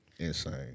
insane